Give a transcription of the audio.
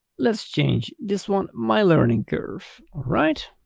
let's change this one my learning curve alright.